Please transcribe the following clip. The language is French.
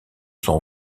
son